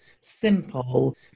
simple